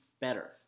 better